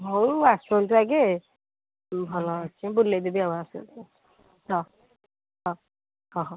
ହଉ ଆସନ୍ତୁ ଆଗ ଭଲ ଅଛି ବୁଲାଇ ଦେବି ଆଉ ଆସନ୍ତୁ ହଉ ହଉ ହଉ